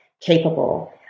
capable